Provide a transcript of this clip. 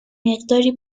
مقداری